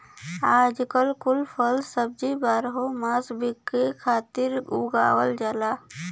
आजकल कुल फल सब्जी बारहो मास बिके खातिर उगावल जाला